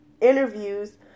interviews